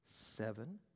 seven